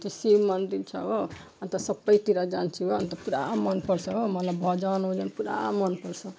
त्यो शिव मन्दिर छ हो अन्त सबैतिर जान्छु अन्त पुरा मनपर्छ हो मलाई भजनओजन पुरा मनपर्छ